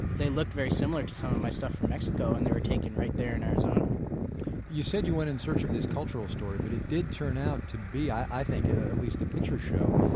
they looked very similar to some of my stuff from mexico and they were taken right there in arizona you said you went in search of this cultural story, but it did turn out to be, i think, ah at least the pictures show,